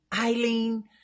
Eileen